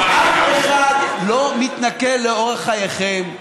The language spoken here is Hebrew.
יאיר לפיד (יש עתיד): אף אחד לא מתנכל לאורח חייכם.